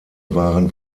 waren